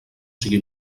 sigui